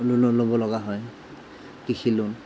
loan ল'বলগা হয় কৃষি লোন